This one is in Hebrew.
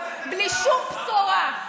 בלי שום בשורה,